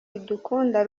idukunda